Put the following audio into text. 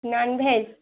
non veg